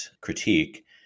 critique